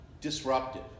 disruptive